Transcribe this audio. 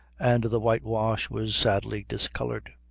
and the whitewash was sadly discolored.